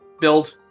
build